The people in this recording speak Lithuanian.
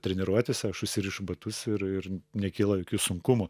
treniruotis aš užsirišu batus ir ir nekyla jokių sunkumų